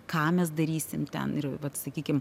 ką mes darysim ten ir vat sakykim